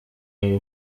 wawe